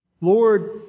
Lord